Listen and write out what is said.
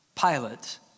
Pilate